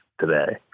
today